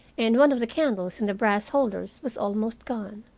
and one of the candles in the brass holders was almost gone.